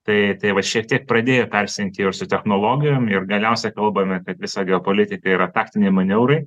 tai tai va šiek tiek pradėjo persijungti ir su technologijom ir galiausiai kalbame kad visa geopolitika yra taktiniai maneurai